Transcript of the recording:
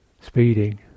speeding